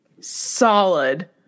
solid